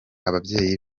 ababyeyi